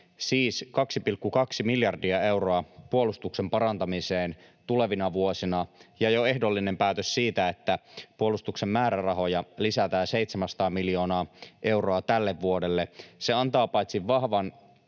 siis 2,2 miljardia euroa puolustuksen parantamiseen tulevina vuosina ja jo ehdollinen päätös siitä, että puolustuksen määrärahoja lisätään 700 miljoonaa euroa tälle vuodelle. Se paitsi antaa vahvan